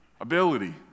ability